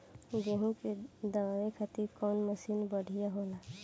गेहूँ के दवावे खातिर कउन मशीन बढ़िया होला?